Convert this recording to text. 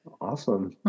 awesome